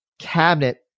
cabinet